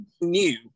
new